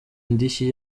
indishyi